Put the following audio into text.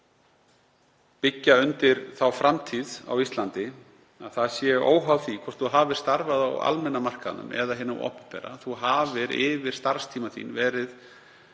byggja undir þá framtíð á Íslandi að það sé óháð því hvort fólk hafi starfað á almenna markaðnum eða hinum opinbera, heldur hafi fólk yfir starfstíma sinn verið